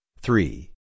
three